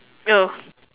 it was